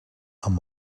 amb